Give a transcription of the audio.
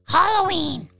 Halloween